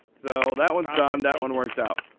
so that one's done. that one worked out.